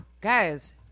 guys